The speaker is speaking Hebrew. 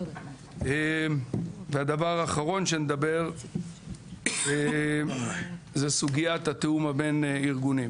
הדבר האחרון שנדבר זה סוגיית התאום הבין-ארגוני.